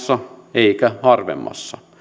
eikä harvempi